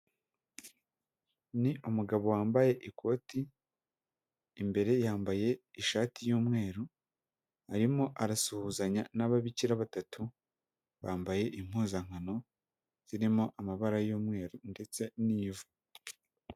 Ni umugabo wambaye ikoti imbere yambaye ishati y'umweru, arimo arasuhuzanya n'ababikira batatu bambaye impuzankano zirimo amabara y'umweru ndetse n'ivu.